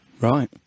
right